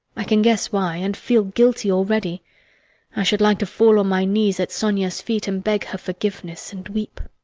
i can guess why, and feel guilty already i should like to fall on my knees at sonia's feet and beg her forgiveness, and weep.